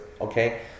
okay